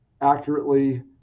accurately